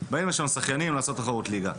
באים לשם שחיינים לעשות תחרות ליגה.